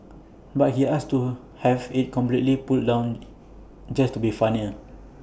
but he asked to have IT completely pulled down just to be funnier